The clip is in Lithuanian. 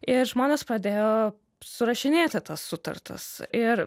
ir žmonės pradėjo surašinėti tas sutartis ir